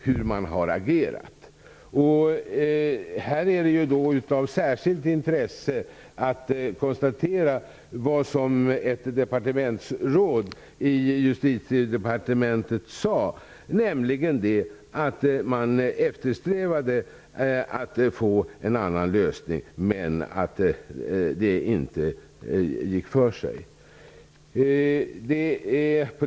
Här är det av särskilt intresse vad som ett departementsråd i Justitiedepartementet sade, nämligen att man eftersträvade att få en annan lösning, men att det inte gick för sig.